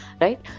right